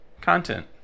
Content